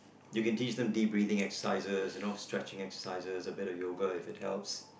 you can teach them de breathing exercises you know stretching exercises a bit yoga if it helps